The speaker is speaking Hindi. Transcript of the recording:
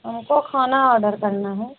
हमको खाना आर्डर करना है